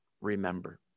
remember